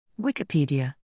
Wikipedia